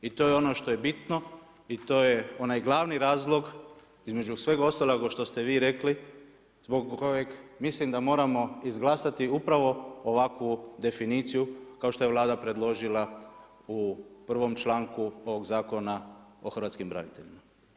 I to je ono što je bitno i to je onaj glavni razlog između svega ostaloga što ste vi rekli zbog kojeg mislim da moramo izglasati upravo ovakvu definiciju kao što je Vlada predložila u prvom članku ovog Zakona o hrvatskim braniteljima.